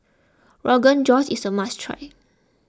Rogan Josh is a must try